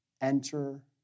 enter